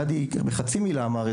גדי אמר את זה בחצי מילה,